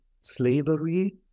slavery